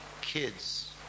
kids